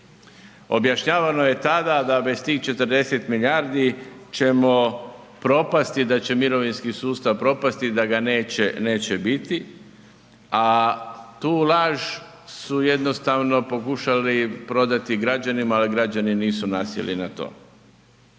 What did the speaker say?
Objašnjavano je tada da bez tih 40 milijardi ćemo propasti i da će mirovinski sustav propasti, da ga neće, neće biti, a tu laž su jednostavno pokušali prodati građanima, ali građani nisu nasjeli na to.